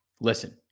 listen